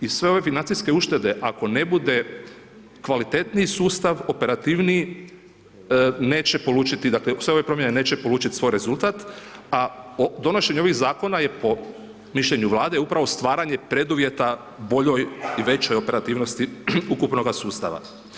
I sve ove financijske uštede, ako ne bude kvalitetniji sustav, operativniji, neće polučiti, dakle, sve ove promjene neće polučiti svoj rezultat, a donošenje ovih zakona, je po mišljenju vlade stvaranje preduvjeta boljoj i većoj operativnosti ukupnoga sustava.